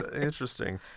Interesting